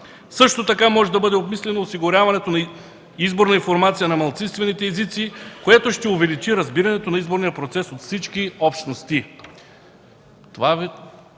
Също така може да бъде обмислено осигуряването на изборна информация на малцинствените езици, което ще увеличи разбирането на изборния процес на всички общности”.